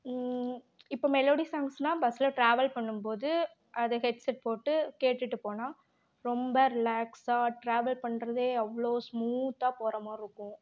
இப்போ மெலோடி சாங்ஸ்லாம் பஸ்ஸில் டிராவல் பண்ணும்போது அது ஹெட்செட் போட்டு கேட்டுகிட்டு போனால் ரொம்ப ரிலாக்ஸாக டிராவல் பண்ணுறதே அவ்வளோ ஸ்மூத்தாக போகிற மாதிரி இருக்கும்